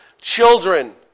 Children